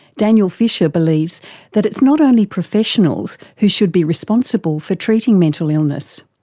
daniel fisher believes that it's not only professionals who should be responsible for treating mental illness.